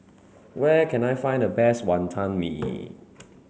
where can I find the best Wonton Mee